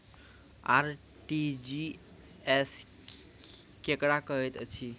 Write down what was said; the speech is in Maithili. आर.टी.जी.एस केकरा कहैत अछि?